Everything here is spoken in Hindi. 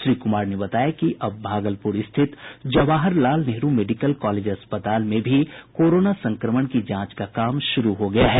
श्री कुमार ने बताया कि अब भागलपुर स्थित जवाहर लाल नेहरु कॉलेज अस्पताल में भी कोरोना संक्रमण की जांच का काम शुरू हो गया है